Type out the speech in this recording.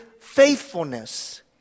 faithfulness